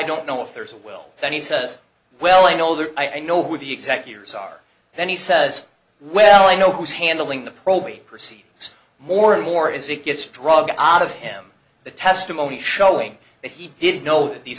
don't know if there's a will that he says well i know that i know who the executors are then he says well i know who is handling the probate proceedings more and more is it gets drug out of him the testimony showing that he did know these